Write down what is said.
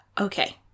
Okay